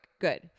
Good